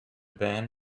ban